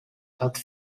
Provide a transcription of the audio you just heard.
hat